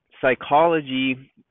psychology